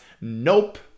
Nope